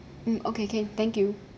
hmm okay can thank you